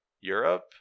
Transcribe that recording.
Europe